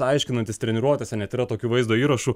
aiškinantis treniruotėse net yra tokių vaizdo įrašų